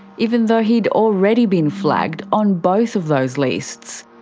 even though he'd already been flagged on both of those lists.